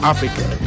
Africa